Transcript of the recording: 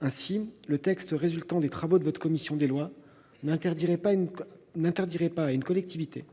Ainsi, le texte résultant des travaux de la commission des lois n'interdirait pas à une collectivité